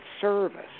service